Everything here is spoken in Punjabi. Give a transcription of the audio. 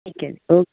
ਠੀਕ ਹੈ ਜੀ ਓਕ